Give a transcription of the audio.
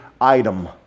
item